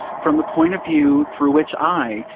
from the point of view through which i,